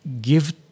give